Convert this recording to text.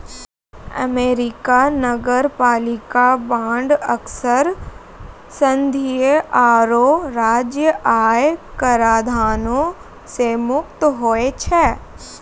America नगरपालिका bond अक्सर संघीय आरो राज्य आय कराधानो से मुक्त होय छै